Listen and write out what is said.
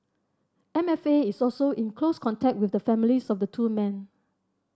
M F A is also in close contact with the families of the two men